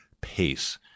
pace